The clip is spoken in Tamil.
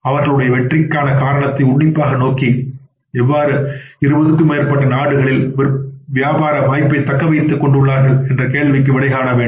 அவர்களுடைய வெற்றிக்கு காரணத்தை உன்னிப்பாக நோக்கி எவ்வாறு 20 க்கும் மேற்பட்ட நாடுகளில் வியாபார வாய்ப்பை தக்க வைத்துக் கொண்டு உள்ளார்கள் என்ற கேள்விக்கு விடைகாண வேண்டும்